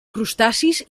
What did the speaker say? crustacis